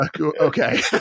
Okay